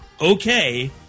okay